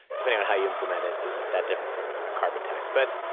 depending how you implement it, isn't that different from a carbon tax. but,